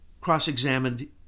cross-examined